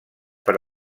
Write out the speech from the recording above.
per